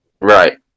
right